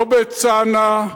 לא בצנעא,